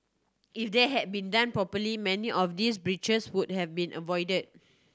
if they had been done properly many of these breaches would have been avoided